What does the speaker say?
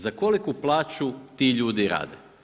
Za koliku plaću ti ljude rade?